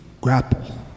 grapple